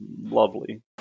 Lovely